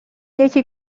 یکی